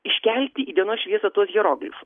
iškelti į dienos šviesą tuos hieroglifus